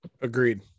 Agreed